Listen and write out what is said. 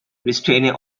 restraining